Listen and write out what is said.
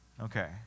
Okay